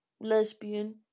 lesbian